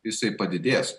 jisai padidės